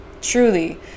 truly